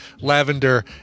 lavender